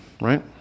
right